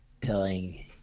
telling